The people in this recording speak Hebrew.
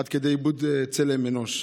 עד כדי איבוד צלם אנוש.